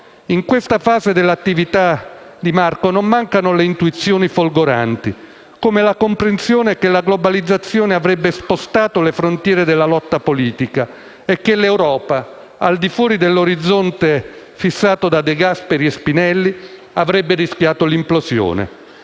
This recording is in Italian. In questa fase dell'attività di Marco non mancano le intuizioni folgoranti, come la comprensione che la globalizzazione avrebbe spostato le frontiere della lotta politica e che l'Europa, al di fuori dell'orizzonte fissato da De Gasperi e Spinelli, avrebbe rischiato l'implosione.